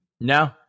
No